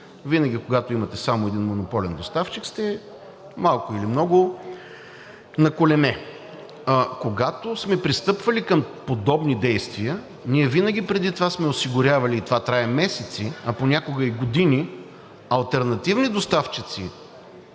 Винаги, когато имате само един монополен доставчик, сте малко или много на колене. Когато сме пристъпвали към подобни действия, ние винаги преди това сме осигурявали – и това трае месеци, а понякога и години, алтернативни доставчици